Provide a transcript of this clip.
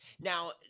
Now